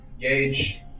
Gage